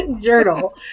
journal